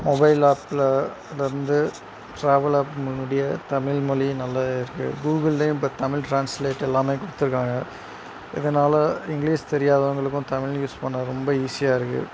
mobile ஆப்பில் இருந்து travel app முடிய தமிழ் மொழி நல்லா இருக்குது கூகுள்லேயும் இப்போ தமிழ் ட்ரான்ஸ்லேட் எல்லாமே குடுத்துருக்காங்க இதனால் இங்கிலிஷ் தெரியாதவங்களுக்கும் தமிழ் யூஸ் பண்ண ரொம்ப ஈஸியாக இருக்குது